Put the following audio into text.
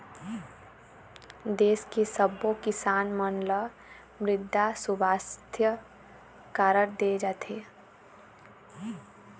देस के सब्बो किसान मन ल मृदा सुवास्थ कारड दे जाथे